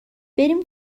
بریم